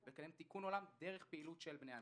לקדם תיקון עולם דרך פעילות של בני הנוער.